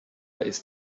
ist